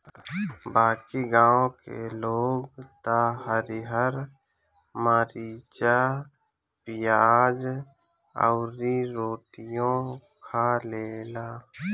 बाकी गांव के लोग त हरिहर मारीचा, पियाज अउरी रोटियो खा लेला